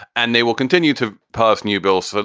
and they will continue to pass new bills. but